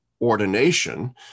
ordination